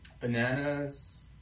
bananas